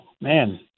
man